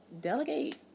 delegate